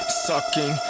sucking